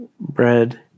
bread